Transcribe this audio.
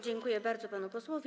Dziękuję bardzo panu posłowi.